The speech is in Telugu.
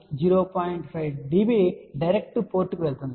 5 dB డైరెక్ట్ పోర్ట్కు వెళ్తుంది